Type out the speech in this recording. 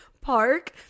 park